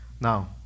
now